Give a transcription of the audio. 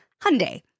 Hyundai